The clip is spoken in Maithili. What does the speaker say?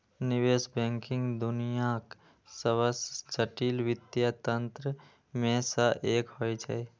निवेश बैंकिंग दुनियाक सबसं जटिल वित्तीय तंत्र मे सं एक होइ छै